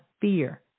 fear